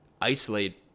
Isolate